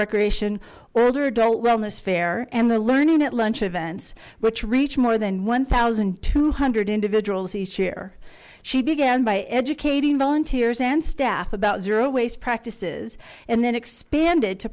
recreation earlier adult wellness fair and the learning at lunch events which reach more than one thousand two hundred individuals each year she began by educating volunteers and staff about zero waste practices and then expanded to